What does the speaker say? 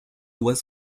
was